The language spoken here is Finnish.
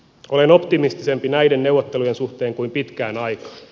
olen optimistisempi näiden neuvottelujen suhteen kuin pitkään aikaan